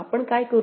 मग आपण काय करू